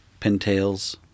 pintails